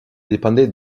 dépendait